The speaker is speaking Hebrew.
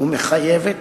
ומחייבת